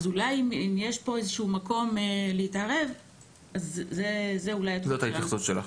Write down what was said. אז אם יש פה מקום להתערב זה אולי התחום שלנו.